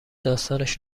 داستانش